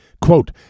Quote